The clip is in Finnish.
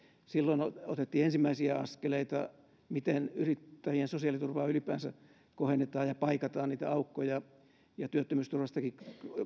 silloin otettiin ensimmäisiä askeleita siinä miten yrittäjien sosiaaliturvaa ylipäänsä kohennetaan ja paikataan niitä aukkoja ja työttömyysturvastakin